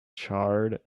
charred